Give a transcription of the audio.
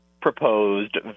proposed